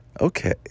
okay